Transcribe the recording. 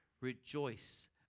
rejoice